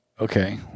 okay